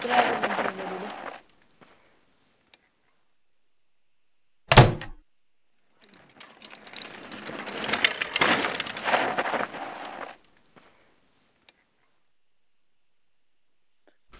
त्रै दिन अग्गें करी ओड़ो